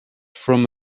from